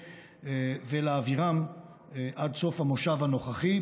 ולהעבירם עד סוף המושב הנוכחי.